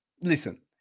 listen